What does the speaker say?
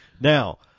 Now